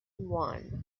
one